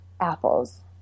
Apples